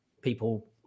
people